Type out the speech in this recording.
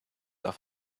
auf